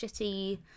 shitty